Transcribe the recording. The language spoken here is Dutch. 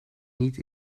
niet